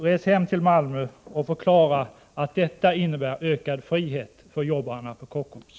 Res hem till Malmö och förklara att detta innebär ökad frihet för jobbarna på Kockums!